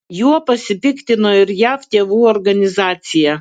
juo pasipiktino ir jav tėvų organizacija